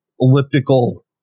elliptical